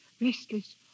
Restless